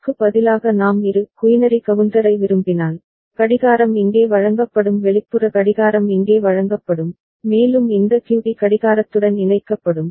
அதற்கு பதிலாக நாம் இரு குயினரி கவுண்டரை விரும்பினால் கடிகாரம் இங்கே வழங்கப்படும் வெளிப்புற கடிகாரம் இங்கே வழங்கப்படும் மேலும் இந்த க்யூடி கடிகாரத்துடன் இணைக்கப்படும்